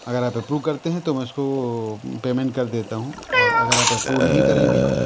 اگر آپ اپروو کرتے ہیں تو میں اس کو پیمنٹ کر دیتا ہوں اگر آپ اپروو نہیں کریں گے